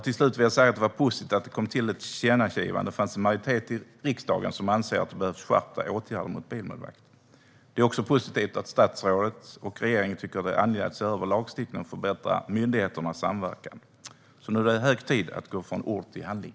Till slut vill jag säga att det var positivt att det kom till ett tillkännagivande. Det finns en majoritet i riksdagen som anser att det behövs skärpta åtgärder mot bilmålvakter. Det är också positivt att statsrådet och regeringen tycker att det är angeläget att se över lagstiftningen och förbättra myndigheternas samverkan. Nu är det hög tid att gå från ord till handling.